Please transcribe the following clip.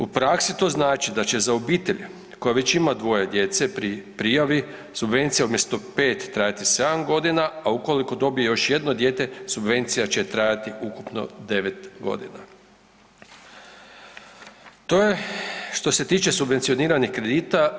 U praksi to znači da će za obitelj koja već ima dvoje djece pri prijavi subvencija umjesto 5 trajati 7 godina, a ukoliko dobiju još jedno dijete subvencija će trajati ukupno 9.g. To je što se tiče subvencioniranih kredita.